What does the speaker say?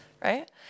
Right